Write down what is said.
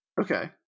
Okay